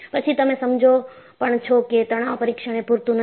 પછી તમે સમજો પણ છો કે તણાવ પરીક્ષણ એ પૂરતું નથી